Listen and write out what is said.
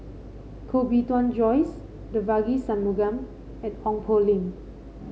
Koh Bee Tuan Joyce Devagi Sanmugam and Ong Poh Lim